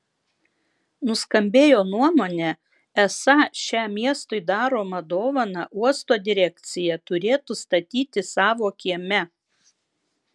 nuskambėjo nuomonė esą šią miestui daromą dovaną uosto direkcija turėtų statytis savo kieme